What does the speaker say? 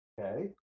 okay